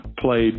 played